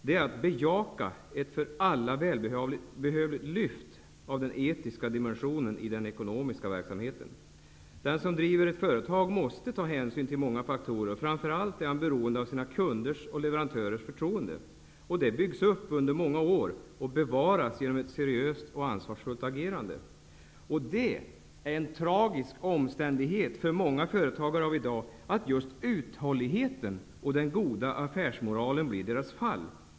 Det är att bejaka ett för alla välbehövligt lyft av den etiska dimensionen i den ekonomiska verksamheten. Den som driver ett företag måste ta hänsyn till många faktorer. Framför allt är han beroende av sina kunders och leverantörers förtroende. Ett sådant förtroende byggs upp under många år och bevaras genom ett seriöst och ansvarsfullt agerande. En tragisk omständighet för många företagare i dag är att just uthålligheten och den goda affärsmoralen blir deras fall.